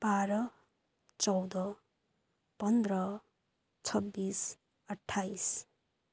बाह्र चौध पन्ध्र छब्बिस अठ्ठाइस